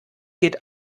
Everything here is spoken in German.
geht